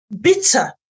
bitter